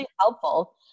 helpful